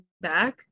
back